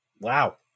Wow